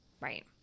Right